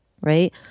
right